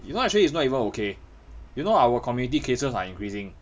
you know actually it's not even okay you know our community cases are increasing